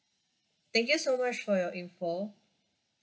thank you so much for your info